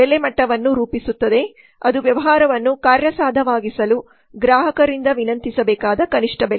ಬೆಲೆಮಟ್ಟವನ್ನು ರೂಪಿಸುತ್ತದೆ ಅದು ವ್ಯವಹಾರವನ್ನು ಕಾರ್ಯಸಾಧ್ಯವಾಗಿಸಲು ಗ್ರಾಹಕರಿಂದ ವಿನಂತಿಸಬೇಕಾದ ಕನಿಷ್ಠ ಬೆಲೆ